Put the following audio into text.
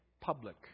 public